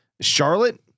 Charlotte